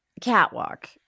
catwalk